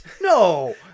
No